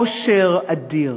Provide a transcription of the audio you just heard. עושר אדיר,